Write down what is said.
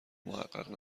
محقق